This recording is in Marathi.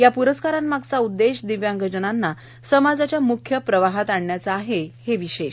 या प्रस्कारांमागचा उद्देश दिव्यांगजनांना समाजाच्या म्ख्य प्रवाहात आणण्याचा आहे हे विशेष